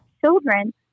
children